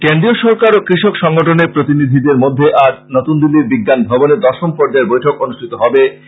কেন্দ্রীয় সরকার ও কৃষক সংগঠনের প্রতিনিধিদের মধ্যে আজ নত্ন দিল্লীর বিঞ্জানভবনে দশম পর্য্যায়ের বৈঠক অনুষ্ঠিত হবে